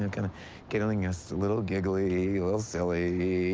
um kind of getting us a little giggly, a little silly.